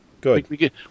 good